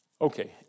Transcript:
okay